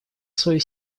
свою